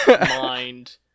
mind